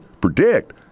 predict